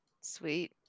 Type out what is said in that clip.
Sweet